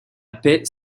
paix